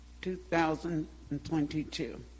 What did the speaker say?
2022